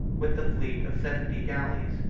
with the fleet of seventy galleys,